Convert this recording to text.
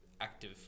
active